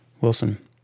Wilson